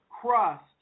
crust